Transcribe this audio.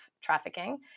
trafficking